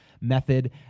method